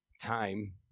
time